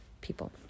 people